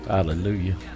Hallelujah